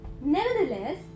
Nevertheless